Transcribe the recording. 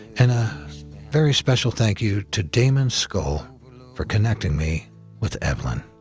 and a very special thank you to damon skull for connecting me with evelyn